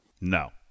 No